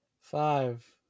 Five